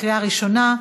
קריאה ראשונה,